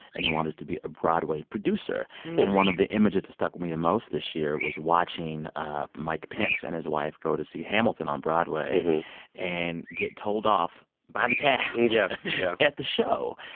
and he wanted to be a broadway producer. and one of the images that stuck with me the most this year was watching mike pence and his wife go to see hamilton on broadway and get told off by the cast. yeah, yeah. at the show.